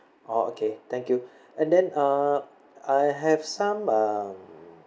orh okay thank you and then uh I have some uh